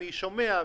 אני שומע,